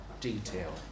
detail